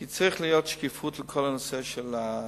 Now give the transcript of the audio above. כי צריכה להיות שקיפות בכל נושא התרופות.